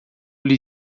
lhe